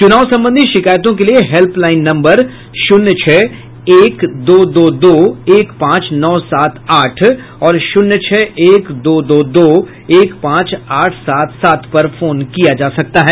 चुनाव संबंधी शिकायतों के लिए हेल्पलाइन नम्बर शून्य छह एक दो दो दो एक पांच नौ सात आठ और शून्य छह एक दो दो एक पांच आठ सात सात पर फोन किया जा सकता है